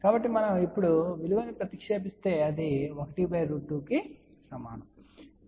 కాబట్టి మనం ఇప్పుడు విలువను ప్రతిక్షేపిస్తే ఇది 1 2కు సమానం